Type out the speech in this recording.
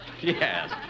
Yes